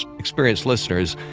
experienced listeners,